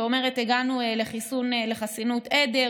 ואומרת: הגענו לחסינות עדר.